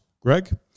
Greg